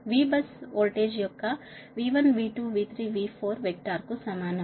Vbus bus voltage యొక్క V1V2V3V4 vector కు సమానం